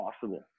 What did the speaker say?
possible